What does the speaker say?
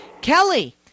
Kelly